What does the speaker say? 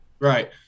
Right